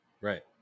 right